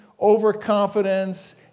overconfidence